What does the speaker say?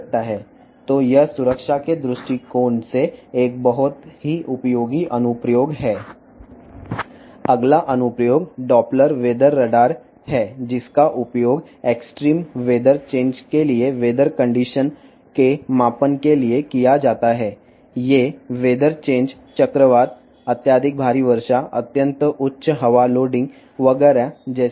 కాబట్టి భద్రతా కోణం నుండి ఇది చాలా ఉపయోగకరమైన అప్లికేషన్ తరువాతి అనువర్తనం డాప్లర్ వాతావరణ రాడార్ ఇది తీవ్రమైన వాతావరణ మార్పులకు వాతావరణ పరిస్థితుల కొలత కోసం ఉపయోగించబడుతుంది ఈ వాతావరణ మార్పులు తుఫాను విపరీతమైన భారీ వర్షపాతం చాలా ఎక్కువ గాలి లోడింగ్ మొదలైనవి కావచ్చు